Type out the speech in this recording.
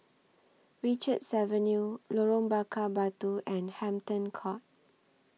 Richards Avenue Lorong Bakar Batu and Hampton Court